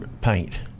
paint